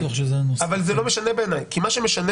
כי מה שמשנה